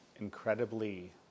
incredibly